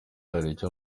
haricyo